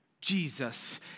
Jesus